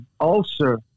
ulcer